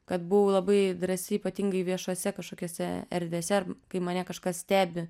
kad buvau labai drąsi ypatingai viešose kažkokiose erdvėse ar kai mane kažkas stebi